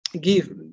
give